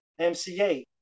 MCA